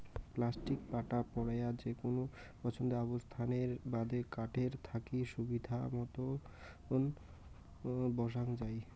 plastic পাটা পরায় যেকুনো পছন্দের অবস্থানের বাদে কাঠের থাকি সুবিধামতন বসাং যাই